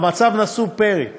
מאמציו נשאו פרי,